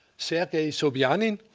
said, ok, sobyanin.